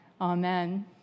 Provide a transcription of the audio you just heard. Amen